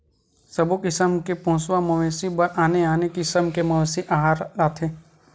सबो किसम के पोसवा मवेशी बर आने आने किसम के मवेशी अहार आथे